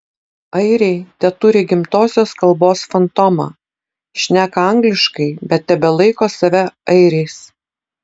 airiai teturi gimtosios kalbos fantomą šneka angliškai bet tebelaiko save airiais